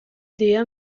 des